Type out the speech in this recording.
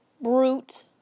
brute